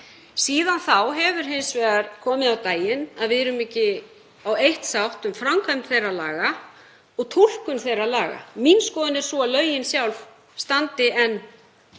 Síðan þá hefur hins vegar komið á daginn að við erum ekki á eitt sátt um framkvæmd þeirra laga og túlkun þeirra laga. Mín skoðun er sú að lögin sjálf standist enn